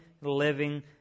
living